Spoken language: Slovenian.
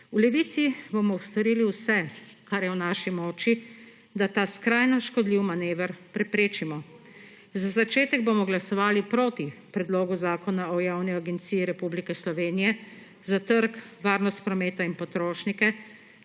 V Levici bomo storili vse, kar je v naši moči, da ta skrajno škodljiv manever preprečimo. Za začetek bomo glasovali proti predlogu Zakona o Javni agenciji Republike Slovenije za trg, varnost prometa in potrošnike